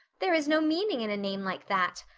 there is no meaning in a name like that.